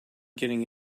getting